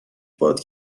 باد